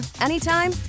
anytime